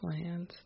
plans